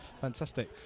Fantastic